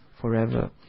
forever